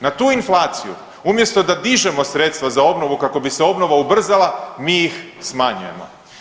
Na tu inflaciju umjesto da dižemo sredstva za obnovu kako bi se obnova ubrzala, mi ih smanjujemo.